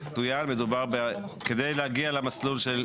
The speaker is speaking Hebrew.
16:05.) אם יש מישהו שאין לו נוסח,